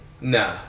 Nah